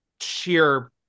sheer